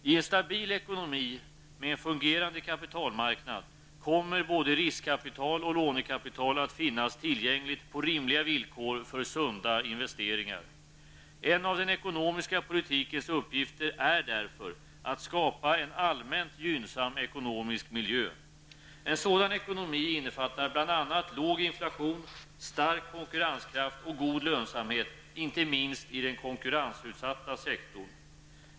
I en stabil ekonomi med en fungerande kapitalmarknad kommer både riskkapital och lånekapital att finnas tillgängligt på rimliga villkor för sunda investeringar. En av den ekonomiska politikens uppgifter är därför att skapa en allmänt gynnsam ekonomisk miljö. En sådan ekonomi innefattar bl.a. låg inflation, stark konkurrenskraft och god lönsamhet, inte minst i den konkurrensutsatta sektorn.